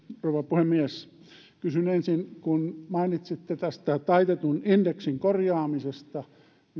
rouva puhemies kysyn ensin kun mainitsitte tästä taitetun indeksin korjaamisesta